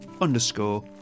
underscore